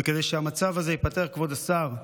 וכדי שהמצב הזה ייפתר, כבוד השר,